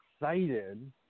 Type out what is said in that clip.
excited